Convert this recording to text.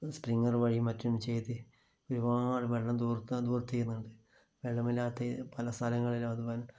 sprinkler വഴിയും മറ്റും ചെയ്ത് ഒരുപാട് വെള്ളം ധൂർത്ത് ധൂർത്ത് ചെയ്യുന്നുണ്ട് വെള്ളമില്ലാത്ത പലസ്ഥലങ്ങളിലും അത് വൻ